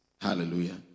Hallelujah